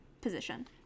position